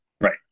Right